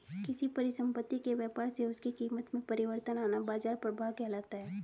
किसी परिसंपत्ति के व्यापार से उसकी कीमत में परिवर्तन आना बाजार प्रभाव कहलाता है